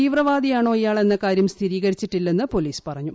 തീവ്രവാദിയാണോ ഇയാൾ എന്ന കാര്യം സ്ഥിരീകരിച്ചിട്ടില്ലെന്ന് പോലീസ് പറഞ്ഞു